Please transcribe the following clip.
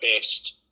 best